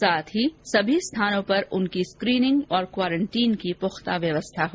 साथ ही सभी स्थानों पर उनकी स्क्रीनिंग और क्वारेंटीन की पुख्ता व्यवस्था हो